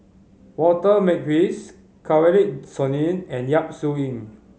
Walter Makepeace Kanwaljit Soin and Yap Su Yin